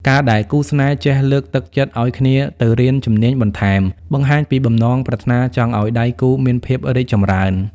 ការដែលគូស្នេហ៍ចេះ "លើកទឹកចិត្តឱ្យគ្នាទៅរៀនជំនាញបន្ថែម" បង្ហាញពីបំណងប្រាថ្នាចង់ឱ្យដៃគូមានភាពរីកចម្រើន។